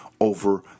over